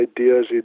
ideas